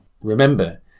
Remember